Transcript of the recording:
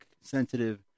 sensitive